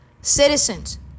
citizens